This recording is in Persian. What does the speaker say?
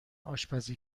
آشپزی